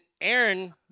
Aaron